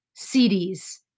CDs